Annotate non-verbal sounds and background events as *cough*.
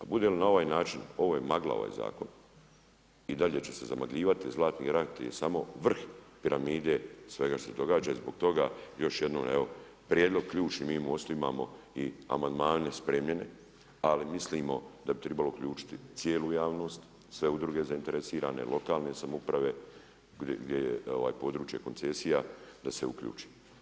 A bude li na ovaj način, ovo je magla, ovaj zakon i dalje će se zamagljivati Zlatni rat, je samo vrh piramide svega što se događa, zbog toga još jednom evo prijedlog ključni mi … *unintelligible* i amandmane spremljene, ali mislimo da bi tribalo uključiti i cijelu javnost, sve udruge zainteresirane, lokalne samouprave, gdje je područje koncesije, da se uključi.